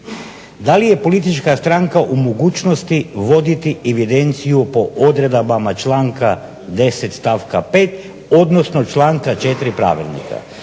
Da li je politička stranka u mogućnosti voditi evidenciju po odredbama članka 10. stavka 5. odnosno članka 4. Pravilnika?